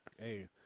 Hey